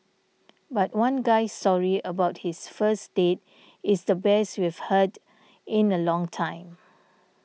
but one guy's story about his first date is the best we've heard in a long time